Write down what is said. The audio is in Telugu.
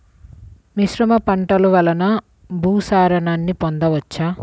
మిశ్రమ పంటలు వలన భూసారాన్ని పొందవచ్చా?